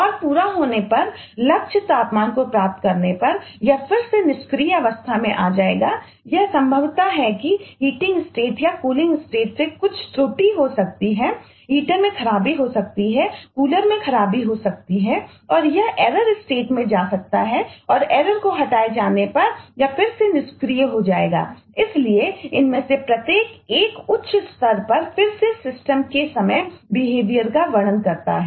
और पूरा होने पर लक्ष्य तापमान को प्राप्त करने पर यह फिर से निष्क्रिय का वर्णन करता है